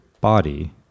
body